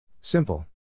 Simple